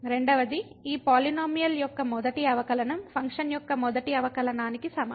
రెండవది ఈ పాలినోమియల్యొక్క మొదటి అవకలనం ఫంక్షన్ యొక్క మొదటి అవకలనానికి సమానం